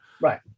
Right